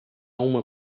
uma